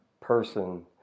person